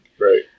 Right